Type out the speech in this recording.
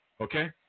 okay